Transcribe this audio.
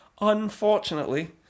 Unfortunately